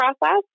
process